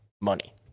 money